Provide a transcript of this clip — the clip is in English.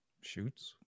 shoots